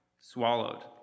swallowed